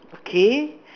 okay